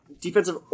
defensive